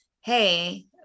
Hey